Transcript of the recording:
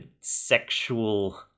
sexual